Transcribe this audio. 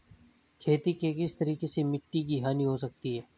खेती के किस तरीके से मिट्टी की हानि हो सकती है?